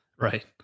Right